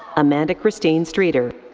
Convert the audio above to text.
amanda christine streeter.